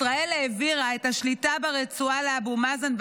ישראל העבירה את השליטה ברצועה לאבו מאזן,